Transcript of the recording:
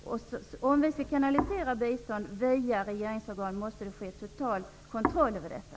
Om vi skall kanalisera bistånd via regeringsorgan måste det ske en total kontroll av detta.